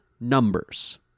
numbers